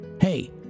Hey